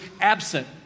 absent